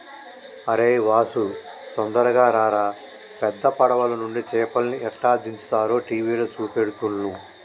అరేయ్ వాసు తొందరగా రారా పెద్ద పడవలనుండి చేపల్ని ఎట్లా దించుతారో టీవీల చూపెడుతుల్ను